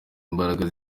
imbaraga